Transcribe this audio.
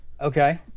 Okay